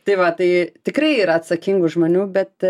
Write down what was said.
tai va tai tikrai yra atsakingų žmonių bet